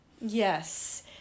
Yes